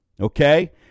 okay